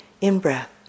in-breath